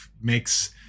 makes